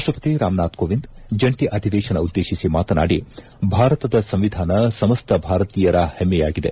ರಾಷ್ಲಪತಿ ರಾಮನಾಥ್ ಕೋವಿಂದ್ ಜಂಟಿ ಅಧಿವೇಶನ ಉದ್ಲೇಶಿಸಿ ಮಾತನಾಡಿ ಭಾರತದ ಸಂವಿಧಾನ ಸಮಸ್ತ ಭಾರತೀಯರ ಹೆಮ್ನೆಯಾಗಿದೆ